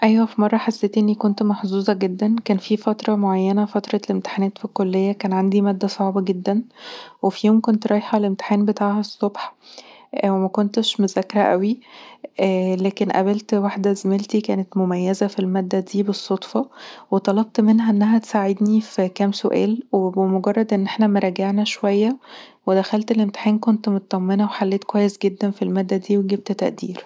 أيوة، في مرة حسيت إني كنت محظوظه جدًا، كان فيه فتره معينه فترة الامتحانات في الكليه، كان عندي ماده صعبه جدا وفي يوم كنت رايحه الامتحان بتاعها الصبح ومكنتش مذاكره اوي لكن قابلت واحده زميلتي كانت مميزه في الماده دي بالصدفه وطلبت منها انها تساعدني في كام سؤال وبمجرد ان احنا راجعنا شويه ودخلت الامتحان كنت مطمنه وحليت كويس جدا في الماده دي وجبت تقدير